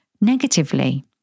negatively